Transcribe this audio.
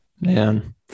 Man